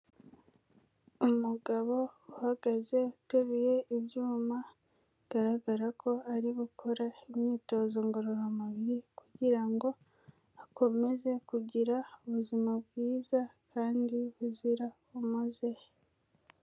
Umugabo uhagaze uteruye ibyuma, bigaragara ko ari gukora imyitozo ngororamubiri kugira ngo akomeze kugira ubuzima bwiza kandi buzira umuze.